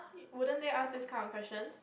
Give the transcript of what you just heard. wouldn't they ask this kind of questions